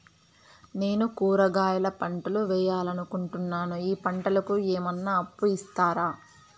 నేను కూరగాయల పంటలు వేయాలనుకుంటున్నాను, ఈ పంటలకు ఏమన్నా అప్పు ఇస్తారా?